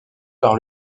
par